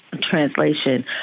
Translation